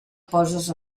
poses